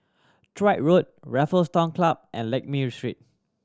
Road Raffles Town Club and Lakme Street